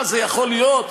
מה, זה יכול להיות?